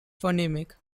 phonemic